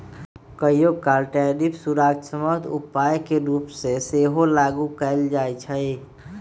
कहियोकाल टैरिफ सुरक्षात्मक उपाय के रूप में सेहो लागू कएल जाइ छइ